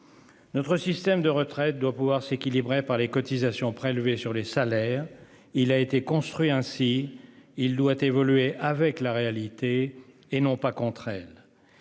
Notre système de retraite, doit pouvoir s'équilibrait par les cotisations prélevées sur les salaires. Il a été construit ainsi il doit évoluer avec la réalité et non pas contre elle.